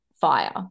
fire